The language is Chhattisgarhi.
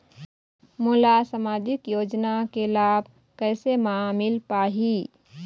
मोला सामाजिक योजना के लाभ कैसे म मिल पाही?